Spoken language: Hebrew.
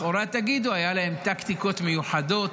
לכאורה תגידו שהיו להם טקטיקות מיוחדות,